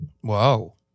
Whoa